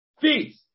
feet